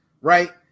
right